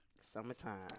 Summertime